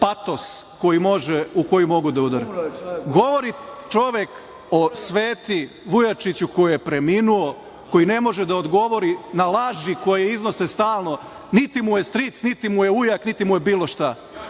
patos u koji mogu da udare. Govori čovek o Sveti Vujačiću koji je preminuo, koji ne može da odgovori na laži koje iznose stalno. Niti mu je stric, niti mu je ujak, niti mu je bilo šta.